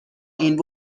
این